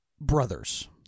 brothers